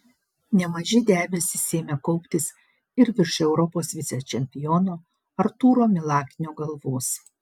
nemaži debesys ėmė kauptis ir virš europos vicečempiono artūro milaknio galvos